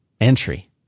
entry